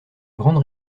grande